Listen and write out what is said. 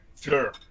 sure